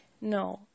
no